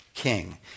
king